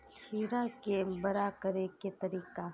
खीरा के बड़ा करे के तरीका?